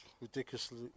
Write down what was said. ridiculously